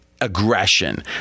aggression